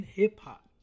hip-hop